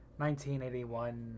1981